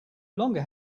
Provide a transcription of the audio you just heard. longer